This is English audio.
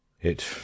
It